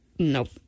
Nope